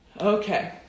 Okay